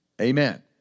Amen